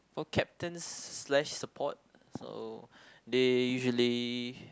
for captains slash support so they usually